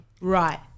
right